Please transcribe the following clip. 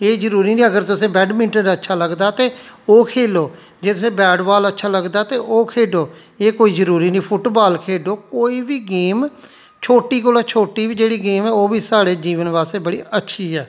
एह् जरूरी नी अगर तुसेंगी बैड मिनटन अच्छा लगदा ते ओह् खेलो जे तुसेंगी बैट बाल अच्छा लगदा ते ओह् खेढो एह् कोई जरूरी नी तुस फुट बाल खेढो कोई बी गेम छोटी कोला छोटी बी जेह्ड़ी गेम ऐ ओह् बी साढ़े जीवन बास्तै बड़ी अच्छी ऐ